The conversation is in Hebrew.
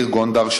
בעיר גונדר,